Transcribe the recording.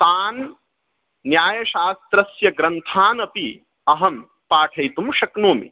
तान् न्यायशास्त्रस्य ग्रन्थान् अपि अहं पाठयितुं शक्नोमि